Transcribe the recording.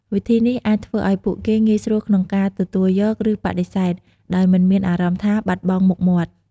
វិធីនេះ អាចធ្វើឲ្យពួកគេងាយស្រួលក្នុងការទទួលយក ឬបដិសេធ ដោយមិនមានអារម្មណ៍ថាបាត់បង់មុខមាត់។